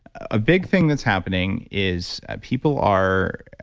a big thing that's happening is people are.